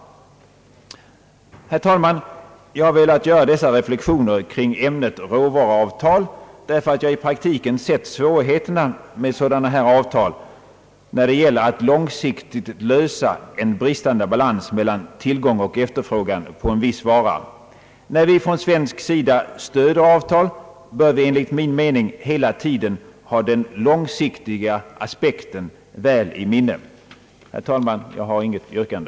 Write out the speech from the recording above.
Herr talman! Jag har velat göra dessa reflexioner kring ämnet råvaruavtal, därför att jag i praktiken sett svårigheterna med sådana avtal när det gäller att långsiktigt lösa en bristande balans mellan tillgång och efterfrågan på en viss vara. När vi från svensk sida stöder avtal bör vi enligt min mening hela tiden ha den långsiktiga aspekten väl i minnet. Herr talman! Jag har inget yrkande.